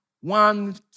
one